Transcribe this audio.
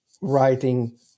writing